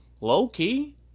low-key